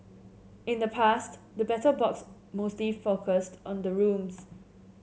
in the past the Battle Box mostly focused on the rooms